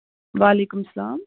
والیکُم السلام